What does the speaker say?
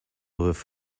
with